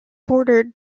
bordered